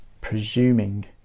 presuming